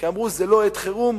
כי אמרו שזו לא עת חירום,